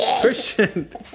Christian